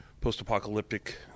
post-apocalyptic